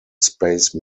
space